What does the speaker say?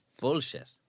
bullshit